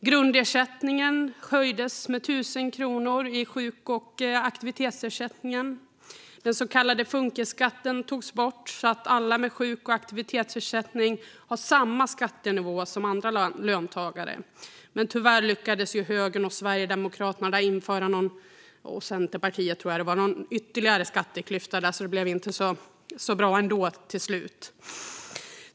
Grundersättningen höjdes med 1 000 kronor i sjuk och aktivitetsersättningen. Den så kallade funkisskatten togs bort, så att alla med sjuk och aktivitetsersättning har samma skattenivå som andra löntagare. Tyvärr lyckades dock högern och Sverigedemokraterna - tillsammans med Centerpartiet, tror jag - införa någon ytterligare skatteklyfta där, så det blev inte så bra ändå till slut.